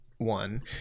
One